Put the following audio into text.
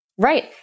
Right